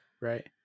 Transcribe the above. Right